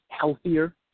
healthier